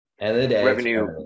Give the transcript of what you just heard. Revenue